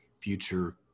future